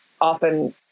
often